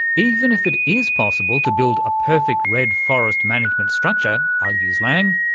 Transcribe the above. even if it is possible to build a perfect redd forest management structure, argues lang,